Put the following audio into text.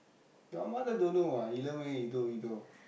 that one also don't know ah